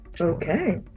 okay